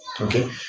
Okay